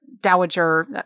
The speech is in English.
dowager